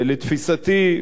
לתפיסתי,